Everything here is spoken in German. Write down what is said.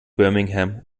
birmingham